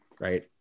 right